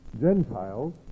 Gentiles